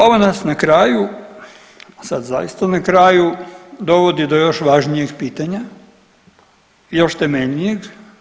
Ovo nas na kraju, a sad zaista na kraju dovodi do još važnijeg pitanja, još temeljnijeg.